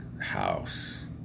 house